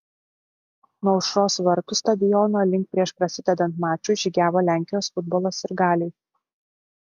nuo aušros vartų stadiono link prieš prasidedant mačui žygiavo lenkijos futbolo sirgaliai